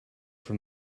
from